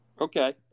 Okay